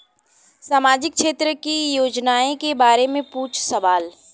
सामाजिक क्षेत्र की योजनाए के बारे में पूछ सवाल?